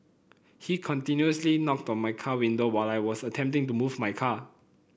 he continuously knocked on my car window while I was attempting to move my car